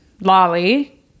Lolly